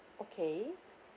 okay